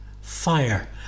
Fire